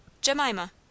Jemima